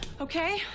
okay